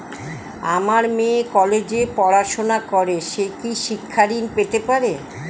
আমার মেয়ে কলেজে পড়াশোনা করে সে কি শিক্ষা ঋণ পেতে পারে?